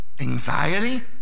Anxiety